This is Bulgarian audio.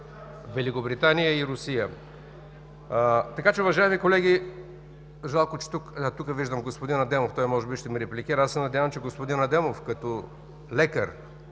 Великобритания и Русия.